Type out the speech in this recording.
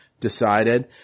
decided